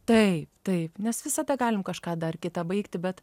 taip taip nes visada galim kažką dar kitą baigti bet